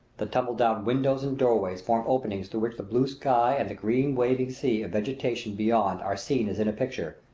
the tumble-down windows and doorways form openings through which the blue sky and the green waving sea of vegetation beyond are seen as in a picture,